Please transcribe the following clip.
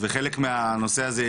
וחלק מהנושא הזה,